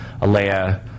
Alea